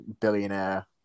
billionaire